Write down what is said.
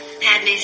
Padme